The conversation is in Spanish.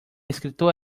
escritor